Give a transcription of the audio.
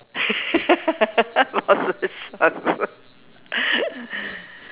boxer shorts